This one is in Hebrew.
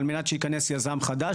על מנת שייכנס יזם חדש.